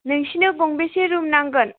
नोंसोरनो गंबेसे रुम नांगोन